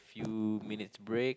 few minutes break